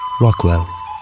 Rockwell